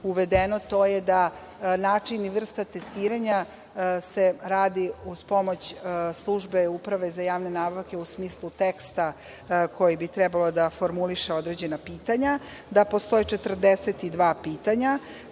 treba raditi. Način i vrsta testiranja se radi uz pomoć službe Uprave za javne nabavke u smislu teksta koji bi trebao da formuliše određena pitanja, da postoji 42 pitanja,